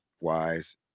wise